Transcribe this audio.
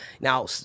now